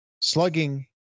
slugging